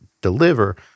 deliver